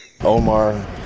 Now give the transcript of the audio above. Omar